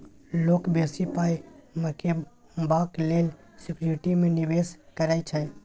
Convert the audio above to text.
लोक बेसी पाइ कमेबाक लेल सिक्युरिटी मे निबेश करै छै